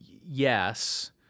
yes